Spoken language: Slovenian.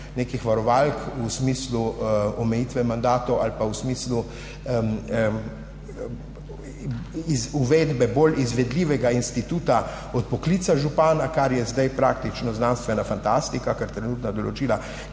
nekih varovalk v smislu omejitve mandatov ali v smislu uvedbe bolj izvedljivega instituta odpoklica župana, kar je zdaj praktično znanstvena fantastika, ker so trenutna določila